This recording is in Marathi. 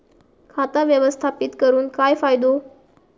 खाता व्यवस्थापित करून काय फायदो?